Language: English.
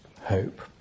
hope